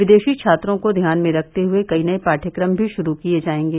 विदेशी छात्रों को ध्यान में रखते हुये कई नये पाठ्यक्रम भी शुरू किये जायेंगे